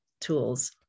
tools